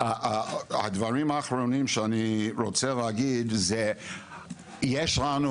הדברים האחרונים שאני רוצה להגיד זה שיש לנו